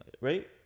right